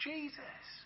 Jesus